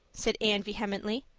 said anne vehemently.